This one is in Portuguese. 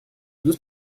duas